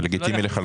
לגיטימי לחלוטין.